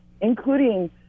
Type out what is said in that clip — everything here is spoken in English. including